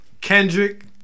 Kendrick